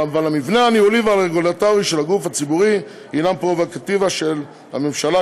אבל המבנה הניהולי והרגולטורי של הגוף הציבורי הם פררוגטיבה של הממשלה,